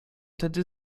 tedy